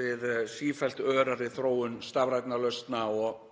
við sífellt örari þróun stafrænna lausna og